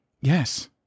yes